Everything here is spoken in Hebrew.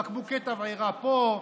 בקבוקי תבערה פה,